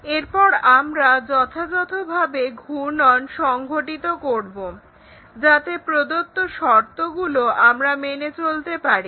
এরপর আমরা যথাযথভাবে ঘূর্ণন সংঘটিত করব যাতে প্রদত্ত শর্তগুলো আমরা মেনে চলতে পারি